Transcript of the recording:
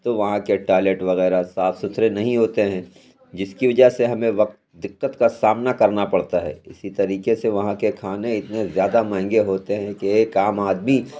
تو وہاں كے ٹوائلٹ وغیرہ صاف سُتھرے نہیں ہوتے ہیں جس كی وجہ سے ہمیں وقت دقت كا سامنا كرنا پڑتا ہے اِسی طریقے سے وہاں كے كھانے اتنے زیادہ مہنگے ہوتے ہیں کہ ایک عام آدمی